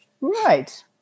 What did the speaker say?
Right